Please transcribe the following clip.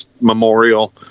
memorial